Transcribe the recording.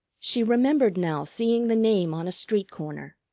she remembered now seeing the name on a street corner.